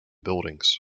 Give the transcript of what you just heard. buildings